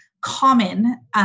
common